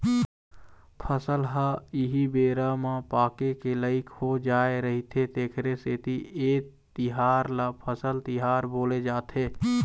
फसल ह एही बेरा म पाके के लइक हो जाय रहिथे तेखरे सेती ए तिहार ल फसल तिहार बोले जाथे